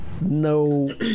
no